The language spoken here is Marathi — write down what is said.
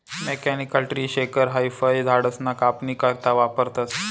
मेकॅनिकल ट्री शेकर हाई फयझाडसना कापनी करता वापरतंस